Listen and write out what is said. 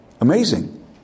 Amazing